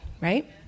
right